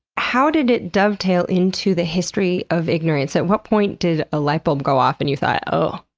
how did it dovetail into the history of ignorance? at what point did a light bulb go off and you thought, oh,